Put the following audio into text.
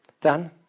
Dan